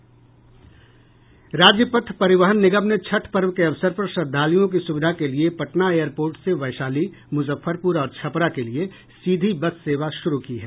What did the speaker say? राज्य पथ परिवहन निगम ने छठ पर्व के अवसर पर श्रद्धालुओं की सुविधा के लिए पटना एयर पोर्ट से वैशाली मुजफ्फरपुर और छपरा के लिए सीधी बस सेवा शुरू की है